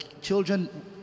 children